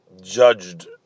judged